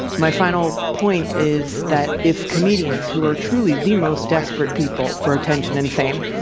my final point is that if comedians, who are truly thee most desperate people for attention and fame,